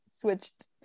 switched